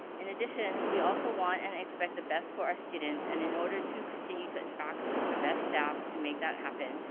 in addition, we also want and expect the best for our students, and in order to continue to attract the best staff to make that happen,